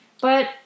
But-